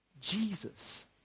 Jesus